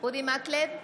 אורי מקלב,